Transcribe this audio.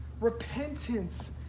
Repentance